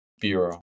bureau